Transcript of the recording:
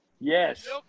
Yes